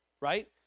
right